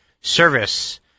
service